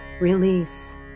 release